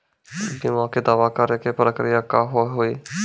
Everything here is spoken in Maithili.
बीमा के दावा करे के प्रक्रिया का हाव हई?